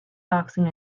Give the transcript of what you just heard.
boxing